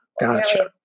gotcha